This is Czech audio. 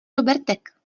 robertek